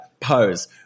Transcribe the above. pose